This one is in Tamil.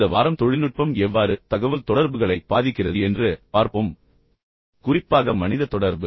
இந்த வாரம் தொழில்நுட்பம் மற்றும் அது எவ்வாறு தகவல்தொடர்புகளில் செல்வாக்கு செலுத்துகிறது என்பதில் கவனம் செலுத்தப்படுகிறது குறிப்பாக மனித தொடர்பு